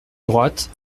droite